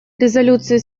резолюции